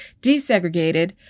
desegregated